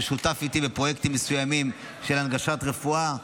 ששותף איתי לפרויקטים מסוימים של הנגשת רפואה,